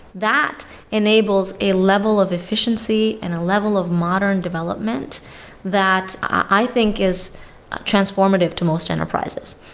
that enables a level of efficiency and a level of modern development that i think is transformative to most enterprises,